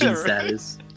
status